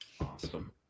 Awesome